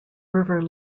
river